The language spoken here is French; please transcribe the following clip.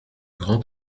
grands